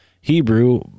Hebrew